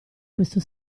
questo